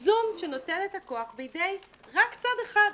איזון שנותן את הכוח בידי רק צד אחד,